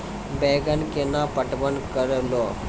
बैंगन केना पटवन करऽ लो?